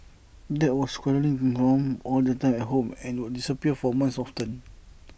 dad was quarrelling with mum all the time at home and would disappear for months often